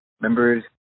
members